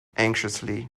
anxiously